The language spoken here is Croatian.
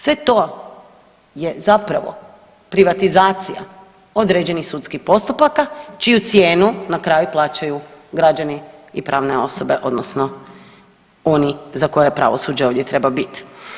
Sve to je zapravo privatizacija određenih sudskih postupaka čiju cijenu na kraju plaćaju građani i pravne osobe, odnosno oni za koje pravosuđe ovdje treba biti.